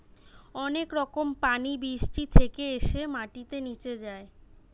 অনেক রকম পানি বৃষ্টি থেকে এসে মাটিতে নিচে যায়